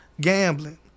gambling